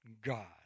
God